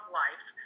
life